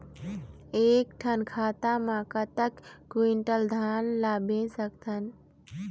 एक ठन खाता मा कतक क्विंटल धान ला बेच सकथन?